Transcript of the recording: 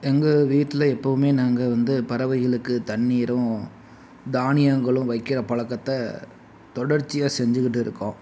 எங்கள் வீட்டில் எப்போவுமே நாங்கள் வந்து பறவைகளுக்கு தண்ணீரும் தானியங்களும் வைக்கிற பழக்கத்த தொடர்ச்சியாக செஞ்சிக்கிட்டு இருக்கோம்